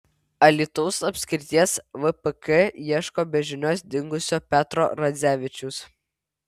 alytaus apskrities vpk ieško be žinios dingusio petro radzevičiaus